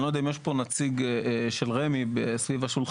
אני לא יודע אם יש פה נציג של רמ"י סביב השולחן?